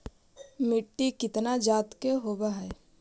मिट्टी कितना जात के होब हय?